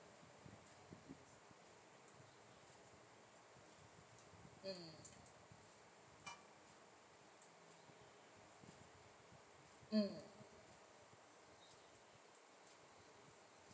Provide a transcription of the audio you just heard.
mm mm